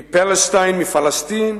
מ-Palestine, מפלסטין,